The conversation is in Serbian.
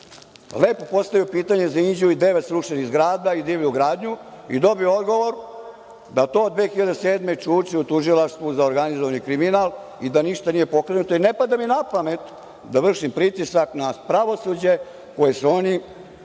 lepo postavio pitanje za Inđiju i devet srušenih zgrada i divlju gradnju i dobio odgovor da to od 2007. godine čuči u tužilaštvu za organizovani kriminal i da ništa nije pokrenuto i ne pada mi na pamet da vršim pritisak na pravosuđe koje su oni